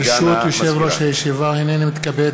ראשית, תודה רבה לינון מגל,